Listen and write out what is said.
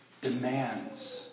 demands